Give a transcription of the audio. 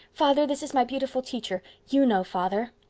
father, this is my beautiful teacher. you know, father.